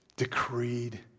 decreed